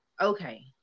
okay